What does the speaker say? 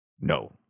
No